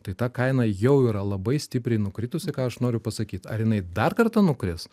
tai ta kaina jau yra labai stipriai nukritusi ką aš noriu pasakyt ar jinai dar kartą nukris